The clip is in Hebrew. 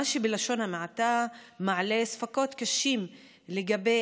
מה שבלשון המעטה מעלה ספקות קשים לגבי